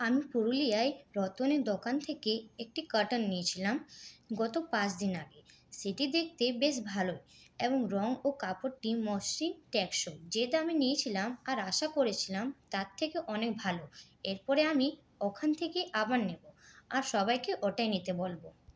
আমি পুরুলিয়ায় রতনের দোকান থেকে একটি কারটন নিয়েছিলাম গত পাঁচদিন আগে সেটি দেখতে বেশ ভালো এবং রঙ ও কাপড়টি মসৃণ টেকসই যে দামে নিয়েছিলাম আর আশা করেছিলাম তার থেকে অনেক ভালো এরপরে আমি ওখান থেকে আবার নেব আর সবাইকে ওটাই নিতে বলব